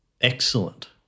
excellent